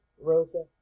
Rosa